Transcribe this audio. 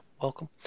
welcome